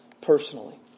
personally